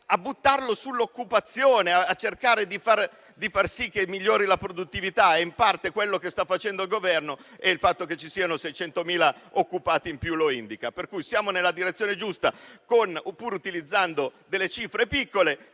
a buttarlo sull'occupazione, a cercare di far sì che migliori la produttività. Questo è in parte quello che sta facendo il Governo e il fatto che ci siano 600.000 occupati in più lo indica. Ritengo pertanto che siamo nella direzione giusta, pur utilizzando delle cifre ridotte,